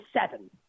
seven